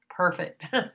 Perfect